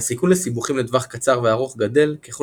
והסיכון לסיבוכים לטווח קצר וארוך גדל ככל